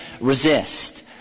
resist